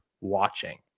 watching